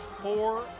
four